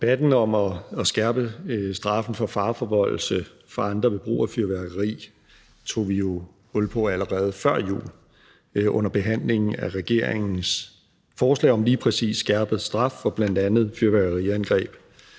Debatten om at skærpe straffen for fareforvoldelse fra andre ved brug af fyrværkeri tog vi jo hul på allerede før jul under behandlingen af regeringens forslag om lige præcis skærpet straf for bl.a. fyrværkeriangreb.